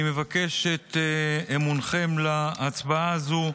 אני מבקש את אמונכם בהצבעה הזאת.